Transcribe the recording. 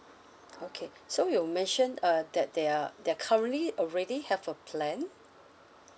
okay so you mentioned uh that they are they're currently already have a plan